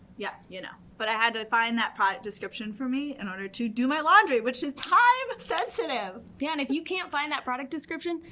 yeah, ya know. but i had to find that product description for me in order to do my laundry, which is time sensitive! yeah, and if you can't find that product description,